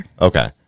Okay